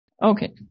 Okay